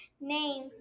name